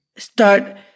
start